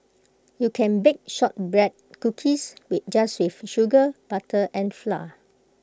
you can bake Shortbread Cookies we just with sugar butter and flour